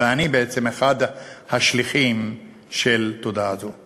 ואני בעצם אחד השליחים של תודעה זו.